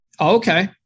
Okay